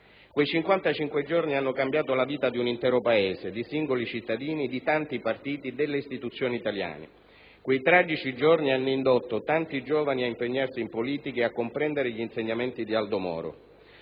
Quei 55 giorni hanno cambiato la vita di un intero Paese, di singoli cittadini e di tanti partiti delle istituzioni italiane. Quei tragici giorni hanno indotto tanti giovani ad impegnarsi in politica e a comprendere gli insegnamenti di Aldo Moro.